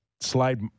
slide